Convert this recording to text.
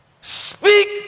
speak